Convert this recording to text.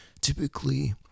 typically